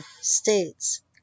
states